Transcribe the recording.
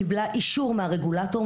קיבלה אישור מהרגולטור,